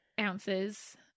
Ounces